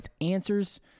answers